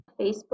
Facebook